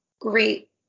great